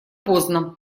поздно